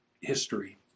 history